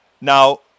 Now